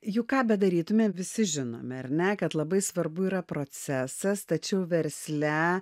juk ką bedarytume visi žinome ar ne kad labai svarbu yra procesas tačiau versle